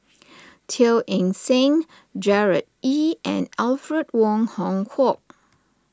Teo Eng Seng Gerard Ee and Alfred Wong Hong Kwok